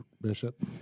Bishop